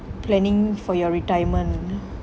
planning for your retirement